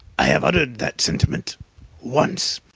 i have uttered that sentiment once.